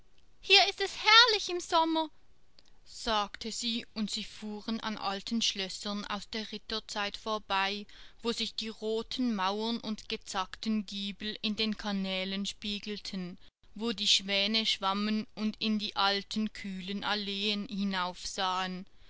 hier ist es herrlich im sommer sagte sie und sie fuhren an alten schlössern aus der ritterzeit vorbei wo sich die roten mauern und gezackten giebel in den kanälen spiegelten wo die schwäne schwammen und in die alten kühlen alleen hinauf sahen